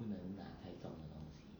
不能拿太重的东西